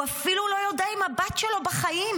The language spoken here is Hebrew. הוא אפילו לא יודע אם הבת שלו בחיים.